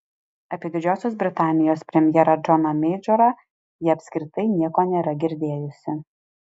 apie didžiosios britanijos premjerą džoną meidžorą ji apskritai nieko nėra girdėjusi